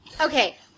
Okay